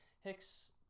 Hicks